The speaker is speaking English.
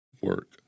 work